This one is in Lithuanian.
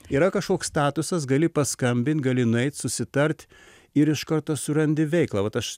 yra kažkoks statusas gali paskambint gali nueit susitart ir iš karto surandi veiklą vat aš